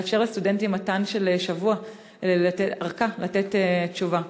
לתת לסטודנטים שבוע ארכה לתת תשובה.